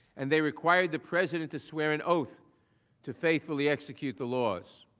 and they require the president to swear an oath to faithfully execute the laws.